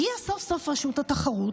הגיעה סוף-סוף רשות התחרות,